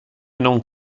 non